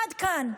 עד כאן.